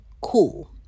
Cool